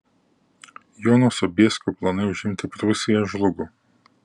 jono sobieskio planai užimti prūsiją žlugo